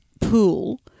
pool